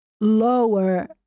lower